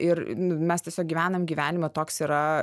ir mes tiesiog gyvenam gyvenimą toks yra